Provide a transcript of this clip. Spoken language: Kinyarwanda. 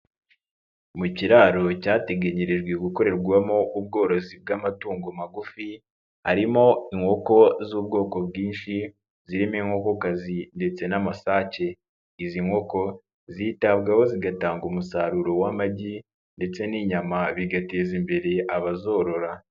Mu kiraro cyateganyirijwe gukorerwamo ubworozi bw'amatungo magufi harimo, inkoko z'ubwoko bwinshi zirimo inkokokazi ndetse n'amasake, izi nkoko zitabwaho zigatanga umusaruro w'amagi ndetse n'inyama bigateza imbere abazorora.